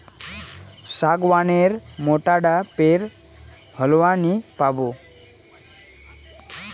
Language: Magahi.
सागवान नेर मोटा डा पेर होलवा नी पाबो